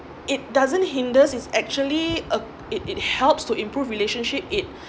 it doesn't hinder it is actually uh it it helps to improve relationship it